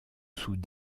sous